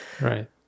right